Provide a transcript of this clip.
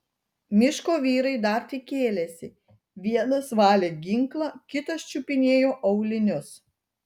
miško vyrai dar tik kėlėsi vienas valė ginklą kitas čiupinėjo aulinius